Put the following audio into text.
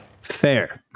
fair